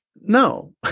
No